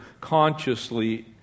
consciously